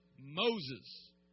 Moses